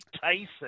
Tyson